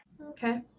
Okay